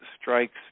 strikes